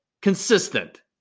consistent